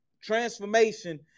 transformation